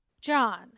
John